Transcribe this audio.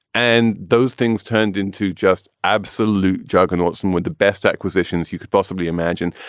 and those things turned into just absolute juggernauts and with the best acquisitions you could possibly imagine.